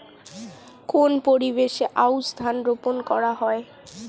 কোন পরিবেশে আউশ ধান রোপন করা হয়?